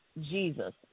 Jesus